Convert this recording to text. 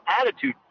attitude